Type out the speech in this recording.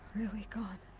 really gone.